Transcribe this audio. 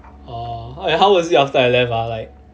oh how was it after I left ah like